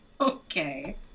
Okay